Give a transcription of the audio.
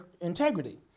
integrity